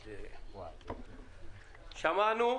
שמענו.